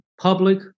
public